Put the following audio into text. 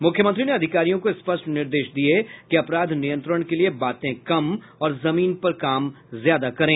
मुख्यमंत्री ने अधिकारियों को स्पष्ट निर्देश दिये कि अपराध नियंत्रण के लिए बातें कम और जमीन पर काम ज्यादा करें